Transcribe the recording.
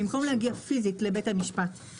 במקום להגיע פיזית לבית המשפט,